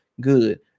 Good